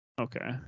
Okay